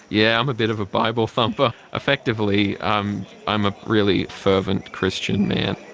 yeah, i'm a bit of a bible thumper. effectively um i'm a really fervent christian man.